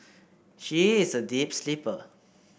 she is a deep sleeper